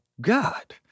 God